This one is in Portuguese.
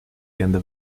tenda